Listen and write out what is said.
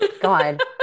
god